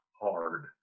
hard